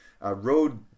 road